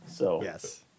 Yes